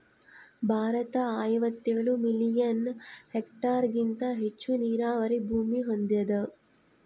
ಭಾರತ ಐವತ್ತೇಳು ಮಿಲಿಯನ್ ಹೆಕ್ಟೇರ್ಹೆಗಿಂತ ಹೆಚ್ಚು ನೀರಾವರಿ ಭೂಮಿ ಹೊಂದ್ಯಾದ